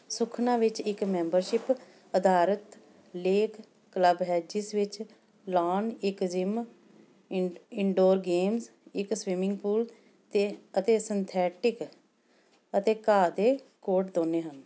ਸੁਖਨਾ ਵਿੱਚ ਇੱਕ ਮੈਂਬਰਸ਼ਿਪ ਅਧਾਰਤ ਲੇਕ ਕਲੱਬ ਹੈ ਜਿਸ ਵਿੱਚ ਲੋਨ ਇੱਕ ਜਿੰਮ ਇਨ ਇਨਡੋਰ ਗੇਮਜ਼ ਇੱਕ ਸਵਿਮਿੰਗ ਪੂਲ ਅਤੇ ਅਤੇ ਸਿੰਥੈਟਿਕ ਅਤੇ ਘਾਹ ਦੇ ਕੋਰਟ ਦੋਨੇਂ ਹਨ